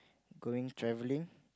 going travelling